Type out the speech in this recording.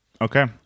Okay